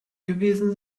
gewesen